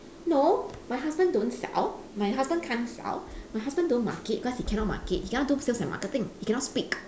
no my husband don't sell my husband can't sell my husband don't market cause he cannot market he cannot do sales and marketing he cannot speak